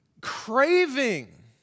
craving